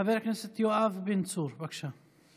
חבר הכנסת יואב בן צור, בבקשה.